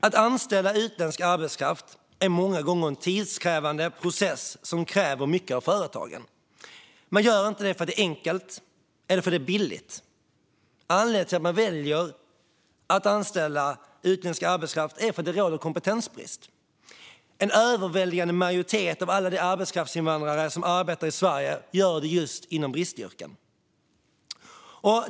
Att anställa utländsk arbetskraft är många gånger en tidskrävande process som kräver mycket av företagen. Man gör det inte för att det är enkelt eller billigt. Anledningen till att man väljer att anställa utländsk arbetskraft är att det råder kompetensbrist. En överväldigande majoritet av alla de arbetskraftsinvandrare som arbetar i Sverige gör det just inom bristyrken.